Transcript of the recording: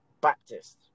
Baptist